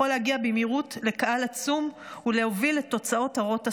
להגיע במהירות לקהל עצום ולהוביל לתוצאות הרות אסון.